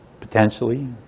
potentially